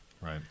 Right